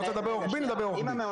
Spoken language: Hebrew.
רוצה לדבר רוחבי, נדבר רוחבי.